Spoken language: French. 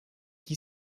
qui